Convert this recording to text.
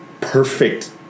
perfect